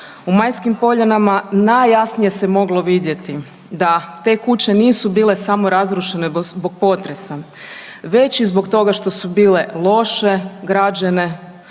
U Majskim poljanama najjasnije se moglo vidjeti da te kuće nisu bile samo razrušene zbog potresa već i zbog toga što su bile loše građene.